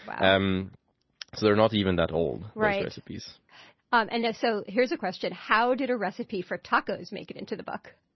but um so they're not even that old, those recipes um and so here's a question. how did a recipe for tacos make it into the book?